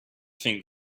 think